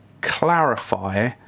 clarify